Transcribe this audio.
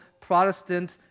Protestant